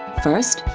first,